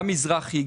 גם המזרחי,